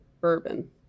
Bourbon